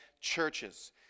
churches